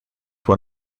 one